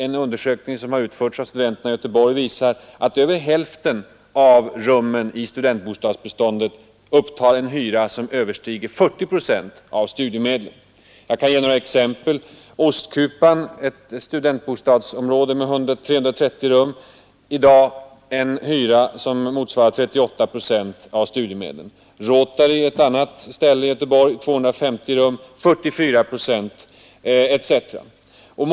En undersökning som utförts av studenterna i Göteborg visar, att över hälften av rummen i studentbostadsbeståndet upptar en hyra som överstiger 40 procent av studiemedlen. Jag kan ge några exempel på detta. Ostkupan — ett studentbostadsområde med 330 rum — har i dag en hyra som motsvarar 38 procent av studiemedlen. I Rotary — ett annat ställe i Göteborg med 250 rum — är motsvarande siffra 44 procent.